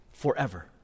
forever